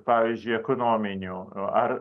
pavyzdžiui ekonominių ar